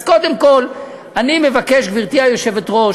אז קודם כול, אני מבקש, גברתי היושבת-ראש,